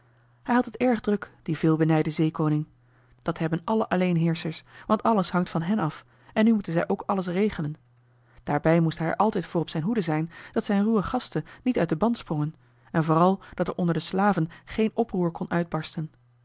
hij had het erg druk die veel benijde zeekoning dat hebben alle alleenheerschers want alles hangt van hen af en nu moeten zij ook alles regelen daarbij moest hij er altijd voor op zijn hoede zijn dat zijn ruwe gasten niet uit den band sprongen en vooral dat er onder de slaven geen oproer kon uitbarsten